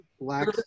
black